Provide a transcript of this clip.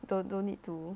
don't don't need to